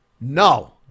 no